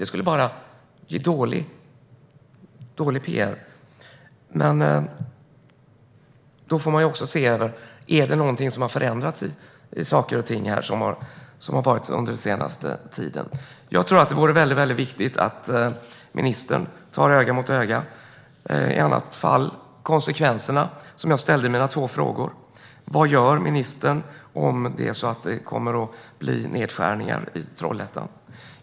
Det skulle bara ge dålig pr. Man måste se över om det är någonting som har förändrats den senaste tiden. Jag tror att det är väldigt viktigt att ministern tar ett möte öga mot öga. I annat fall: Hur hanterar hon konsekvenserna som jag beskrev i mina två frågor? Vad gör ministern om det blir nedskärningar i Trollhättan?